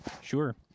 Sure